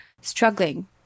struggling